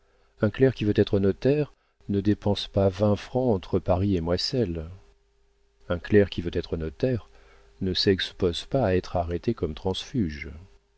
un clerc qui veut être notaire ne dépense pas vingt francs entre paris et moisselles un clerc qui veut être notaire ne s'expose pas à être arrêté comme transfuge